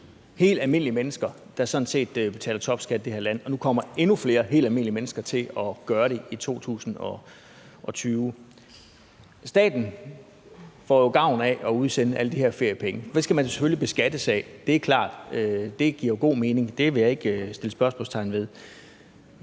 helt almindelige mennesker der sådan set betaler topskat i det her land. Og nu kommer endnu flere helt almindelige mennesker til at gøre det i 2020. Staten får gavn af at udsende alle de her feriepenge. Det skal man selvfølgelig beskattes af. Det er klart. Det giver god mening, det vil jeg ikke sætte spørgsmålstegn ved.